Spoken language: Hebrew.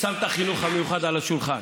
שם את החינוך המיוחד על השולחן.